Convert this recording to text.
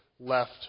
left